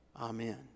Amen